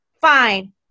fine